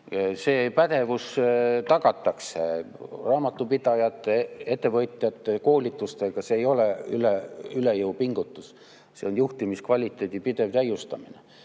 pädevus tagatakse raamatupidajate, ettevõtjate koolitustega. See ei ole üle jõu pingutus. See on juhtimiskvaliteedi pidev täiustamine.